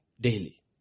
Daily